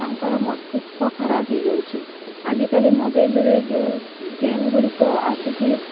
ତାଙ୍କର ମସ୍ତିଷ୍କ ଖରାପ ହେଇଯାଉଛି ଆଜିକାଲି ମୋବାଇଲରେ ଯେଉଁ ଗେମ୍ ଗୁଡ଼ିକ ଆସୁଛିି